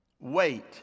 wait